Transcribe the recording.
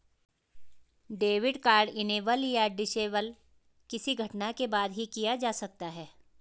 debit card enable या disable किसी घटना के बाद ही किया जा सकता है